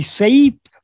saved